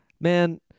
man